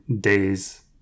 days